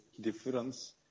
difference